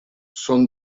son